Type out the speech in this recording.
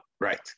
right